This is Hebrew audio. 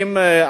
האם,